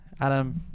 Adam